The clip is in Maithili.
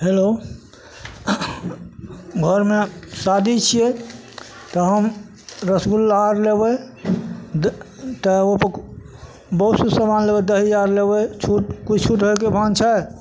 हेलो घरमे शादी छियै तऽ हम रसगुल्ला आर लेबै तऽ ओहिपर बहुत किछु समान लेबै दही आर लेबै छूट किछु छूट हइके छै